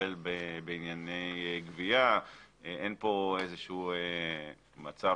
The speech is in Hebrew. שתטפל בענייני גבייה אין פה איזה שהוא מצב